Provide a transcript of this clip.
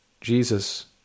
Jesus